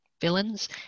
villains